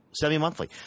semi-monthly